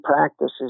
practices